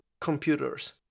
computers